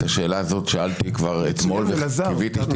את השאלה הזאת אני שאלתי כבר אתמול וקיוויתי ש --- אלעזר,